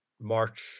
March